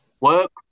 work